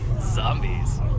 Zombies